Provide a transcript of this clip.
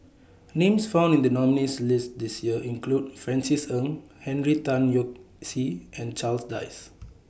Names found in The nominees' list This Year include Francis Ng Henry Tan Yoke See and Charles Dyce